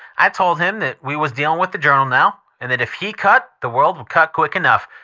i told him that we was dealing with the journal now, and that if he cut the world would cut quick enough.